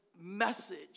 message